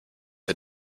are